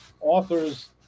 authors